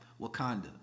Wakanda